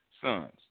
sons